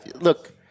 Look